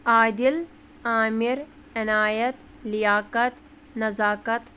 Adil Aamir Inayat Liyaqat Nazakat